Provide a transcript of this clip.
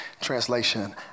Translation